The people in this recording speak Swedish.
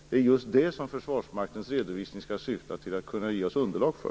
Det är just detta som Försvarsmaktens utredning skall syfta till att kunna ge regeringen underlag för.